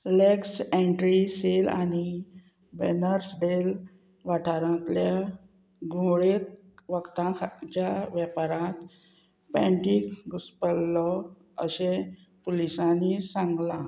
lakhs entry सेल आनी बॅनर्सडेल वाठारांतल्या घुवळेंत वखदां खाच्या वेपारांत पँटी घुसपल्लो अशें पुलिसांनी सांगलां